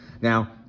Now